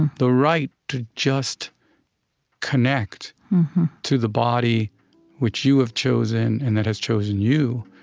the right to just connect to the body which you have chosen and that has chosen you,